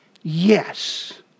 Yes